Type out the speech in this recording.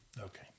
Okay